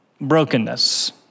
brokenness